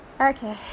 Okay